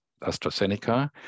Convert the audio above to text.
AstraZeneca